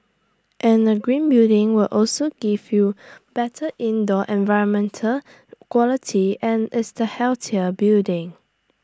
and A green building will also give you better indoor environmental quality and is the healthier building